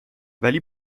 ولی